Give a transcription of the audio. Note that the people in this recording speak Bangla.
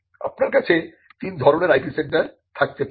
আপনার কাছে 3 ধরনের IP সেন্টার থাকতে পারে